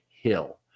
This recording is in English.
Hill